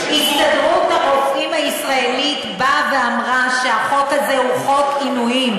ההסתדרות הרפואית הישראלית אמרה שהחוק הזה הוא חוק עינויים.